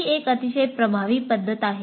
ही एक अतिशय प्रभावी पद्धत आहे